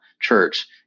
church